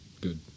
Good